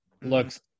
looks